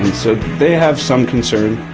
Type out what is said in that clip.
so they have some concern,